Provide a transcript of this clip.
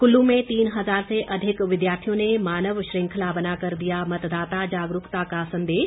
कुल्लू में तीन हजार से अधिक विद्यार्थियों ने मानव श्रृंखला बनाकर दिया मतदाता जागरूकता का संदेश